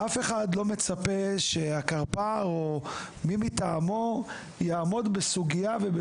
אף אחד לא מצפה שהקרפ"ר או מי מטעמו יעמוד על הסוגייה ועל